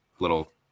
Little